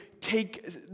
take